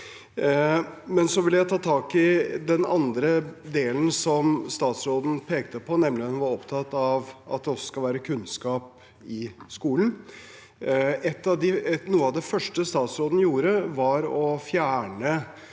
men jeg vil ta tak i den andre delen som statsråden pekte på. Hun var nemlig opptatt av at det også skal være kunnskap i skolen. Noe av det første statsråden gjorde, var å fjerne